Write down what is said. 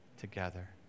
together